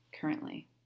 currently